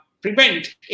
prevent